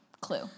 clue